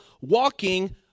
walking